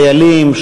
חיילים,